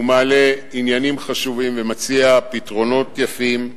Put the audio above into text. הוא מעלה עניינים חשובים ומציע פתרונות יפים.